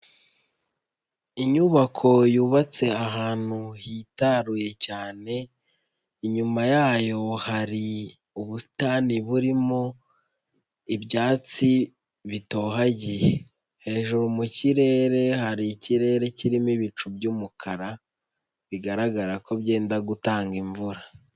Inyubako yubatse ahantu hitaruye cyane, inyuma yayo hari ubusitani burimo ibyatsi bitohagiye. Hejuru mu kirere hari ikirere kirimo ibicu by'umukara, bigaragara ko byenda gutanga imvura.